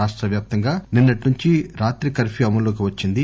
రాష్టవ్యాప్తంగా నిన్నటి నుంచి రాత్రి కర్ఫ్యూ అమలులోకి వచ్చింది